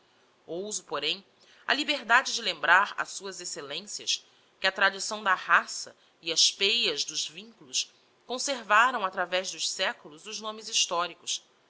ouso porém a liberdade de lembrar a suas excellencias que a tradição da raça e as pêas dos vinculos conservaram através dos seculos os nomes historicos